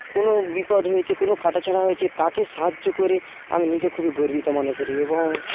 কোন বিপদ হয়েছে কোন কাটাছেঁড়া হয়েছে তাকে সাহায্য করে আমি নিজে খুবই গর্বিত মনে করি এবং